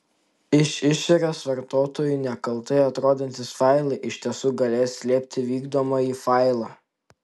iš išorės vartotojui nekaltai atrodantys failai iš tiesų galės slėpti vykdomąjį failą